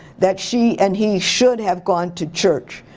that she and he should have gone to church.